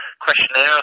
questionnaire